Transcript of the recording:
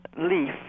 leaf